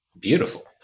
Beautiful